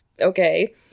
Okay